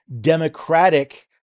democratic